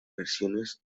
versiones